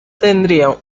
tendría